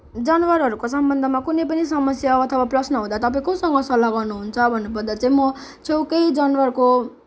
जनावरहरूको सम्बन्धमा कुनै पनि समस्या अथवा प्रश्न हुँदा तपाईँ कोसँग सल्लाह गर्नुहुन्छ भन्नु पर्दा चाहिँ म छेउकै जनावरको